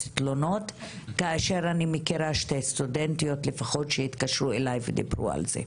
תלונות בעוד אני מכירה לפחות שתי סטודנטיות שהתקשרו אליי ודיברו על זה.